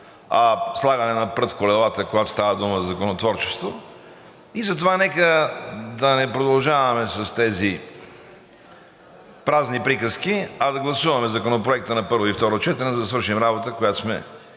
а слагане на прът в колелата, когато става дума за законотворчество, и затова нека да не продължаваме с тези празни приказки, а да гласуваме Законопроекта на първо и второ четене, да свършим работа. Между